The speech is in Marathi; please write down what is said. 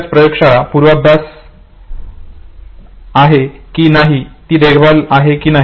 मग ती एक प्रयोगशाळा पूर्वाभ्यास आहे की नाही ती देखभाल आहे की नाही